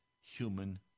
human